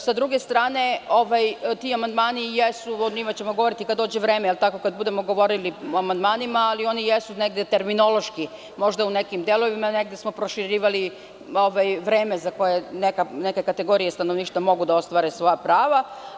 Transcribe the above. S druge strane, ti amandmani i jesu, o njima ćemo govoriti kada dođe vreme, kada budemo govorili o amandmanima, negde terminološki možda u nekim delovima, a negde smo proširivali vreme za koje neke kategorije stanovništva mogu da ostvare svoja prava.